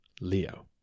Leo